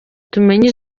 tumenye